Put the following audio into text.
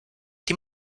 die